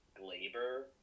Glaber